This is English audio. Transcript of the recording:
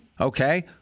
Okay